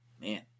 Man